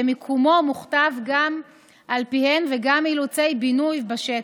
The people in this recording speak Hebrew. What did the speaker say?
ומיקומו מוכתב גם על פיהן וגם מאילוצי בינוי בשטח.